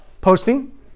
Posting